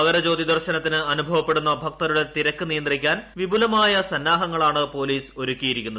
മകരജ്യോതി ദർശനത്തിന് അനുഭവപ്പെടുന്ന ഭക്തരുടെ തിരക്ക് നിയന്ത്രിക്കാൻ വിപുലമായ സന്നാഹങ്ങളാണ് പോലീസ് ഒരുക്കിയിരിക്കുന്നത്